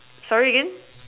sorry again